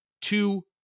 two